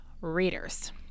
readers